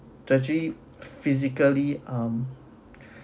tertiary physically um